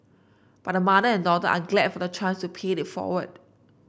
but mother and daughter are glad for the chance to pay it forward